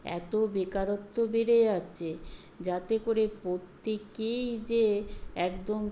এত বেকারত্ব বেড়ে যাচ্ছে যাতে করে প্রত্যেকেই যে একদম